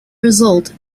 result